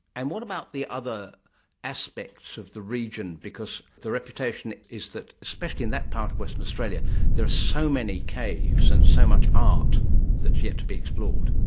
and what about the other aspects of the region? because the reputation is that especially in that part of western australia there are so many caves and so much art that is yet to be explored.